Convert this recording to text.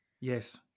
yes